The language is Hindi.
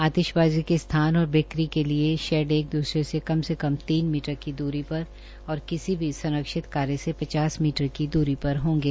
आतिशबाजी के स्थान और बिक्री के लिए शेड एक दूसरे से कम से कम तीन मीटर की दूरी पर और किसी भी संरक्षित कार्य से पचास मीटर की दूरी पर होंगे